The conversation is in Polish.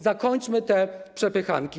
Zakończmy te przepychanki.